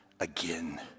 Again